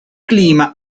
clima